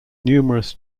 numerous